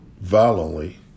violently